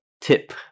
tip